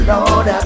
Lord